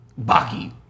Baki